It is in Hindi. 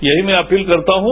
यहीं मैं अपील करता हूं